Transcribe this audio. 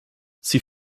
sie